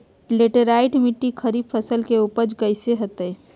Laterite मिट्टी खरीफ फसल के उपज कईसन हतय?